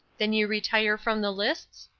then you retire from the lists?